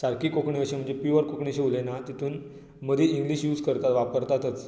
सारकी कोंकणी अशी म्हणजे प्यूओर कोंकणी अशी उलयनात तांतून मदी इंग्लीश यूज करता वापरतातच